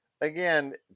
Again